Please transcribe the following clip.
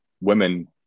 women